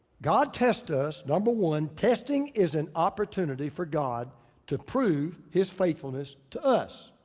god tests us, number one, testing is an opportunity for god to prove his faithfulness to us.